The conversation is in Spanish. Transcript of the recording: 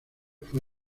fue